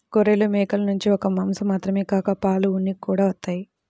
గొర్రెలు, మేకల నుంచి ఒక్క మాసం మాత్రమే కాక పాలు, ఉన్ని కూడా వత్తయ్